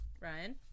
Ryan